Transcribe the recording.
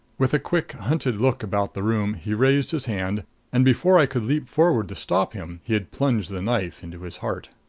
with a quick hunted look about the room, he raised his hand and before i could leap forward to stop him he had plunged the knife into his heart.